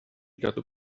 gadw